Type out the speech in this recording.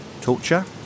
torture